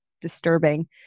disturbing